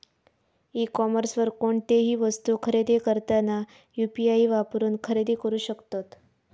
E कॉमर्सवर कोणतीही वस्तू खरेदी करताना यू.पी.आई वापरून खरेदी करू शकतत